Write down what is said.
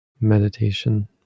meditation